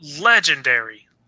legendary